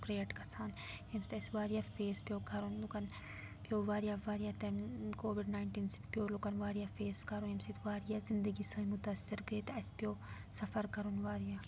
create گَژھان ییٚمہِ سۭتۍ اَسہِ واریاہ فیس پیوٚو کَرُن لُکَن پیوٚو واریاہ واریاہ تَمہِ کووِڈ ناینٹیٖن سۭتۍ پیوٚو لُکَن واریاہ فیس کَرُن ییٚمہِ سۭتۍ واریاہ زِندگی سٲنۍ مُتٲثر گٔے تہٕ اَسہِ پیوٚو سَفر کَرُن واریاہ